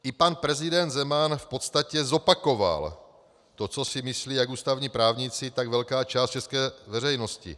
I pan prezident Zeman v podstatě zopakoval to, co si myslí ať ústavní právníci, tak velká část české veřejnosti.